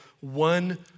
one